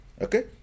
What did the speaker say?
okay